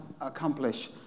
accomplish